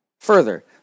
Further